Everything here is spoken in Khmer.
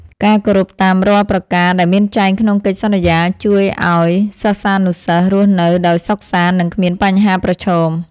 ការគោរពតាមរាល់ប្រការដែលមានចែងក្នុងកិច្ចសន្យាជួយឱ្យសិស្សានុសិស្សរស់នៅដោយសុខសាន្តនិងគ្មានបញ្ហាប្រឈម។